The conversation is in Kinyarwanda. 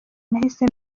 nahise